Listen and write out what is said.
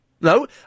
No